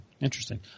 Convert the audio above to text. Interesting